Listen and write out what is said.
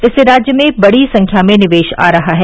इससे राज्य में बड़ी संख्या में निवेश आ रहा है